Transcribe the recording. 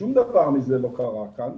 שום דבר מזה לא קרה כאן,